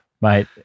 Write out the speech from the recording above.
Mate